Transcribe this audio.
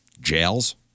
jails